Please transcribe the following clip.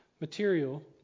material